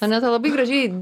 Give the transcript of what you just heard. aneta labai gražiai